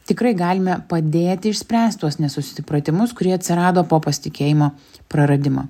tikrai galime padėti išspręst tuos nesusipratimus kurie atsirado pasitikėjimo praradimo